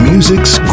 Music's